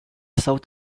south